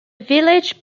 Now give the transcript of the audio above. village